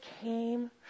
came